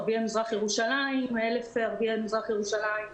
1,000 ערביי מזרח ירושלים,